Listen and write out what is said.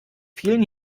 vielen